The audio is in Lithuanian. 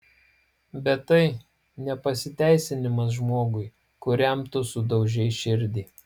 bet tai ne pasiteisinimas žmogui kuriam tu sudaužei širdį